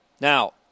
Now